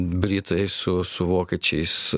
britai su su vokiečiais